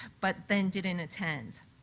but then didn't attend.